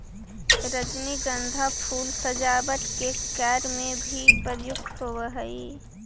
रजनीगंधा फूल सजावट के कार्य में भी प्रयुक्त होवऽ हइ